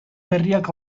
berriak